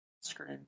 screen